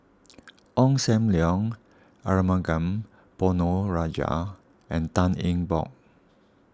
Ong Sam Leong Arumugam Ponnu Rajah and Tan Eng Bock